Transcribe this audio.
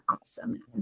awesome